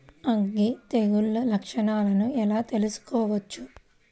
అగ్గి తెగులు లక్షణాలను ఎలా తెలుసుకోవచ్చు?